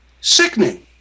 sickening